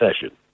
session